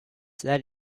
that